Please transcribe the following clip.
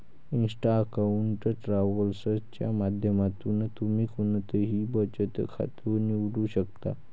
Insta account travel च्या माध्यमातून तुम्ही कोणतंही बचत खातं निवडू शकता